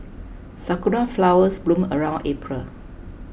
sakura flowers bloom around April